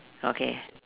okay